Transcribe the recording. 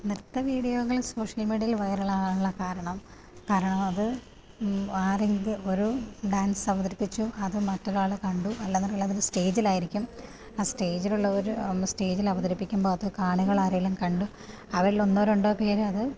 ന്യത്ത വീഡിയോകൾ സോഷ്യൽ മീഡിയയിൽ വൈറലാകാനുള്ള കാരണം കാരണം അത് ആരെങ്കിലും ഒരു ഡാൻസ് അവതരിപ്പിച്ചും അത് മറ്റൊരാളെ കണ്ടു അല്ലാന്നുണ്ടെങ്കിൽ അത് ഒരു സ്റ്റേജിലായിരിക്കും ആ സ്റ്റേജിലുള്ളവര് സ്റ്റേജിൽ അവതരിപ്പിക്കുമ്പോൾ അത് കാണികൾ ആരെങ്കിലും കണ്ടു അവരിൽ ഒന്നോ രണ്ടോ പേര് അത്